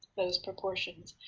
those proportions.